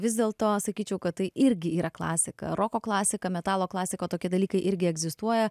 vis dėlto sakyčiau kad tai irgi yra klasika roko klasika metalo klasika o tokie dalykai irgi egzistuoja